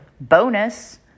bonus